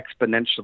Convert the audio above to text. exponentially